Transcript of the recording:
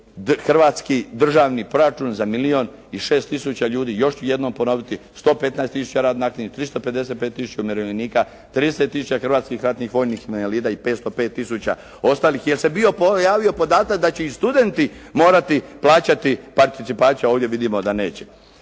hrvatski državni proračun za milijun i 6 tisuća ljudi. Još ću jednom ponoviti 115 tisuća radno aktivnih 355 tisuća umirovljenika, 30 tisuća hrvatskih ratnih vojnih invalida i 505 tisuća ostalih, jer se bio pojavio podatak da će i studenti morati plaćati participaciju, a ovdje vidimo da neće.